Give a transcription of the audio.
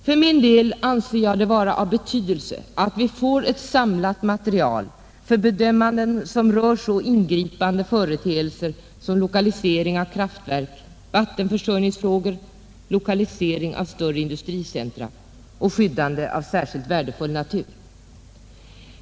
För min del anser jag det vara av betydelse att vi får ett samlat material för bedömanden som rör så ingripande företeelser som lokalisering av kraftverk och av större industricentra, vattenförsörjningsfrågor samt skyddande av särskilt värdefull natur.